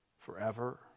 forever